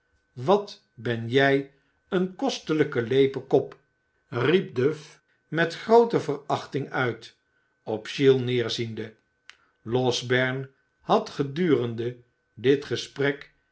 wat ben jij een kostelijke leepe kop riep duff met de grootste verachting uit op giles nederziende losberne had gedurende dit gesprek